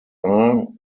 are